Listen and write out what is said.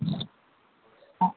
ആ